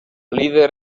líder